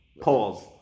Pause